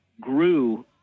grew